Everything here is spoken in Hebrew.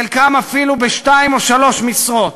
חלקם אפילו בשתיים או שלוש משרות,